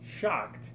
Shocked